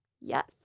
Yes